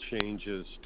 changes